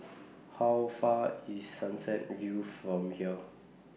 How Far IS Sunset View from here